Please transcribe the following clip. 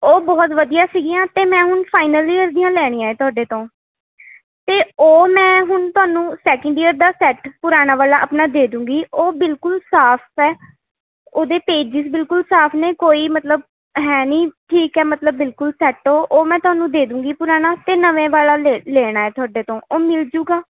ਉਹ ਬਹੁਤ ਵਧੀਆ ਸੀਗੀਆਂ ਅਤੇ ਮੈਂ ਹੁਣ ਫਾਈਨਲ ਈਅਰ ਦੀਆਂ ਲੈਣੀਆਂ ਹੈ ਤੁਹਾਡੇ ਤੋਂ ਅਤੇ ਉਹ ਮੈਂ ਹੁਣ ਤੁਹਾਨੂੰ ਸੈਕਿੰਡ ਈਅਰ ਦਾ ਸੈੱਟ ਪੁਰਾਣਾ ਵਾਲਾ ਆਪਣਾ ਦੇ ਦੂੰਗੀ ਉਹ ਬਿਲਕੁਲ ਸਾਫ ਹੈ ਉਹਦੇ ਪੇਜਿਸ ਬਿਲਕੁਲ ਸਾਫ ਨੇ ਕੋਈ ਮਤਲਬ ਹੈ ਨਹੀਂ ਠੀਕ ਹੈ ਮਤਲਬ ਬਿਲਕੁਲ ਸੈੱਟ ਉਹ ਉਹ ਮੈਂ ਤੁਹਾਨੂੰ ਦੇ ਦੂੰਗੀ ਪੁਰਾਣਾ ਅਤੇ ਨਵੇਂ ਵਾਲਾ ਲੈ ਲੈਣਾ ਹੈ ਤੁਹਾਡੇ ਤੋਂ ਉਹ ਮਿਲ ਜੂਗਾ